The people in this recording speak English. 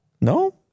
No